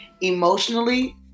emotionally